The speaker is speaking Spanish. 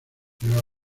nueva